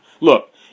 Look